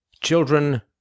Children